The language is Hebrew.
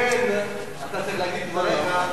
לכן אתה צריך להגיד את דבריך,